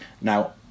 now